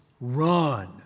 run